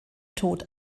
tod